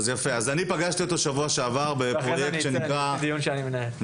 אז אני פגשתי אותו בשבוע שעבר בפרויקט שנקרא 'בועטות',